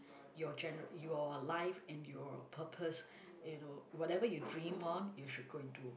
your gen your life and your purpose you know whatever you dream on you should go and do